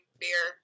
beer